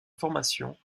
formation